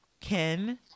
Ken